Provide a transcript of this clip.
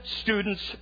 students